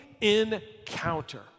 encounter